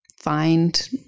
find